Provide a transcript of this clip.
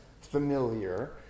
familiar